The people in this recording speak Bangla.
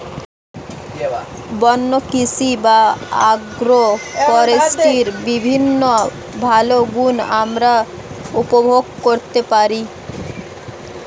বন্য কৃষি বা অ্যাগ্রো ফরেস্ট্রির বিভিন্ন ভালো গুণ আমরা উপভোগ করতে পারি